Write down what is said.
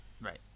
Right